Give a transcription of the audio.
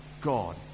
God